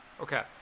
Okay